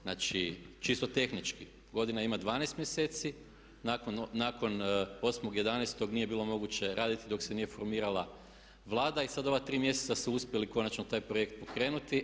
Znači čisto tehnički, godina ima 12 mjeseci, nakon 8.11. nije bilo moguće raditi dok se nije formirala Vlada i sada ova tri mjeseca su uspjeli konačno taj projekt pokrenuti.